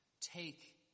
Take